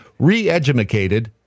reeducated